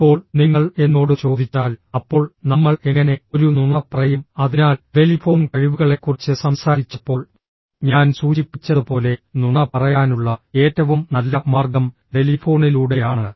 ഇപ്പോൾ നിങ്ങൾ എന്നോട് ചോദിച്ചാൽ അപ്പോൾ നമ്മൾ എങ്ങനെ ഒരു നുണ പറയും അതിനാൽ ടെലിഫോൺ കഴിവുകളെക്കുറിച്ച് സംസാരിച്ചപ്പോൾ ഞാൻ സൂചിപ്പിച്ചതുപോലെ നുണ പറയാനുള്ള ഏറ്റവും നല്ല മാർഗം ടെലിഫോണിലൂടെയാണ്